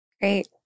Great